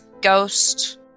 ghost